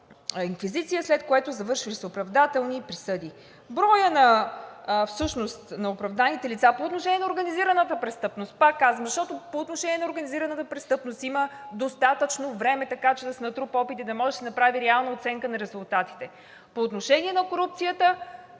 инквизиция, след което завършили с оправдателни присъди. Броят всъщност на оправданите лица по отношение на организираната престъпност, пак казвам, защото по отношение на организираната престъпност има достатъчно време, така че да се натрупа опит и да може да се направи реална оценка на резултатите. По отношение на корупцията.